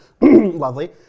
Lovely